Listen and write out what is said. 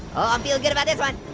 oh i'm feeling good about this one.